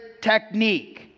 technique